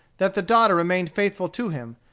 that the daughter remained faithful to him,